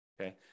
okay